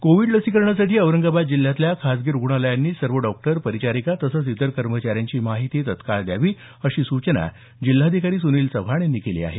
Covid लसीकरणासाठी औरंगाबाद जिल्ह्यातल्या खासगी रुग्णालयांनी सर्व डॉक्टर परिचारिका तसंच इतर कर्मचाऱ्यांची माहिती तत्काळ द्यावी अशी सूचना जिल्हाधिकारी सुनील चव्हाण यांनी केली आहे